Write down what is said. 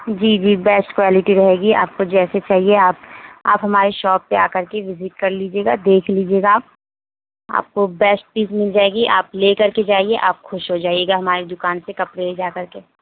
جی جی best quality رہے گی آپ کو جیسے چاہیے آپ آپ ہماری شاپ پہ آ کر کے وزٹ کر لیجیے گا دیکھ لیجیے گا آپ آپ کو بیسٹ پیس مل جائے گی آپ لے کر کے جائیے آپ خوش ہو جائیے گا ہماری دکان سے کپڑے لے جا کر کے